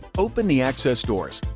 open the access doors.